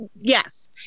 yes